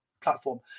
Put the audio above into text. platform